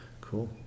cool